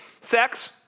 Sex